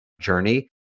journey